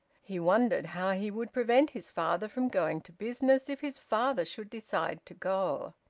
he wondered how he would prevent his father from going to business, if his father should decide to go.